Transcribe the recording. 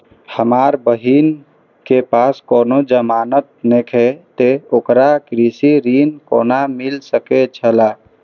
हमर बहिन के पास कोनो जमानत नेखे ते ओकरा कृषि ऋण कोना मिल सकेत छला?